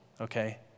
Okay